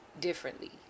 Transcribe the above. differently